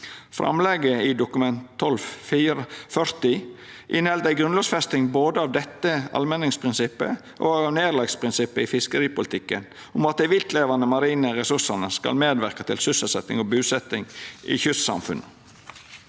Framlegget i Dokument 12:40 for 2019–2020 inneheld ei grunnlovfesting av både dette allmenningsprinsippet og nærleiksprinsippet i fiskeripolitikken om at dei viltlevande marine ressursane skal medverka til sysselsetjing og busetjing i kystsamfunn.